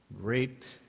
great